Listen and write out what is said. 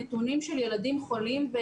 נתונים של ילדים חולים,